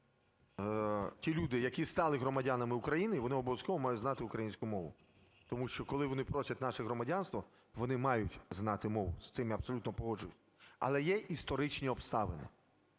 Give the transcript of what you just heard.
ті люди, які стали громадянами України, вони обов'язково мають знати українську мову. Тому що коли вони просять наше громадянство, вони мають знати мову, з цим я абсолютно погоджуюся. Але історичні обставини.